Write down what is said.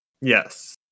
Yes